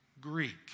Greek